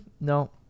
no